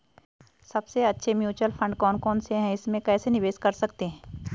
सबसे अच्छे mutual fund कौन कौनसे हैं इसमें कैसे निवेश कर सकते हैं?